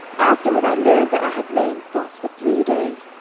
afterward i learned that i had lain thus for three days,